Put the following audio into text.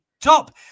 top